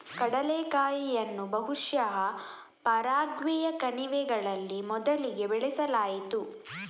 ಕಡಲೆಕಾಯಿಯನ್ನು ಬಹುಶಃ ಪರಾಗ್ವೆಯ ಕಣಿವೆಗಳಲ್ಲಿ ಮೊದಲಿಗೆ ಬೆಳೆಸಲಾಯಿತು